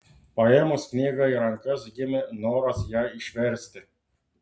paėmus knygą į rankas gimė noras ją išversti